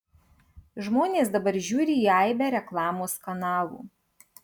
žmonės dabar žiūri į aibę reklamos kanalų